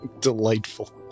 Delightful